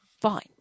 fine